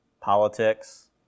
Politics